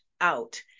Out